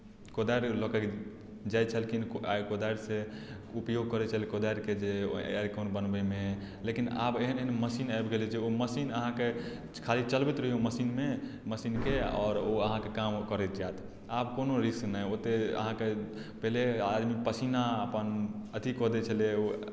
कोदारि लऽ कऽ जाइत छलखिन कोदारिसँ उपयोग करैत छलखिन कोदारिके जे आरि कोन बनबयमे लेकिन आब एहन एहन मशीन आबि गेलै जे ओ मशीन अहाँकेँ खाली चलबैत रहियौ मशीनमे मशीनकेँ आओर ओ अहाँकेँ काम करैत जायत आब कोनो रिस्क नहि ओतेक अहाँकेँ पहिले आदमी पसीना अपन अथी कऽ दैत छलै ओ